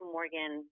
Morgan